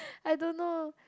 I don't know